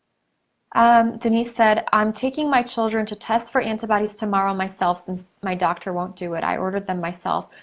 um denise said, i'm taking my children to test for antibodies tomorrow myself since my doctor won't do it. i ordered them myself.